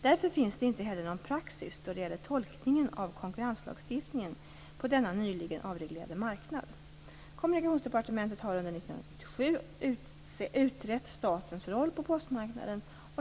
Därför finns det inte heller någon praxis då det gäller tolkningen av konkurrenslagstiftningen på denna nyligen avreglerade marknad. utrett statens roll på postmarknaden.